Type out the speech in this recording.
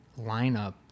lineup